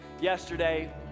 yesterday